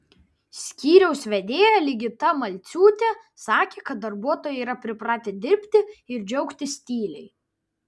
skyriaus vedėja ligita malciūtė sakė kad darbuotojai yra pripratę dirbti ir džiaugtis tyliai